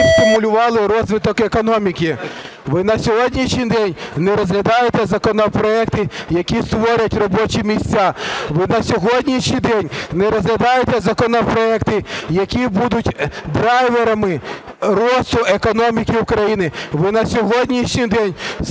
Ви на сьогоднішній день не розглядаєте законопроекти, які створять робочі місця. Ви на сьогоднішній день не розглядаєте законопроекти, які будуть драйверами росту економіки України. Ви на сьогоднішній день